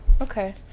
Okay